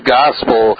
gospel